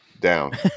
down